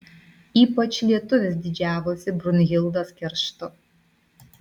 ypač lietuvis didžiavosi brunhildos kerštu